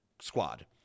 squad